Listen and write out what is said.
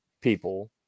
people